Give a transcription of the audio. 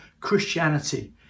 Christianity